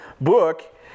book